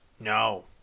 No